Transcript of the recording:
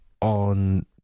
on